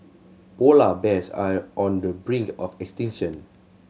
polar bears are on the brink of extinction